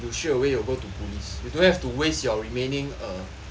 you straight away will go to police you don't have to waste your remaining err